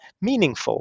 meaningful